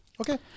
okay